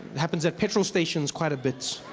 happens at petrol stations quite a bit.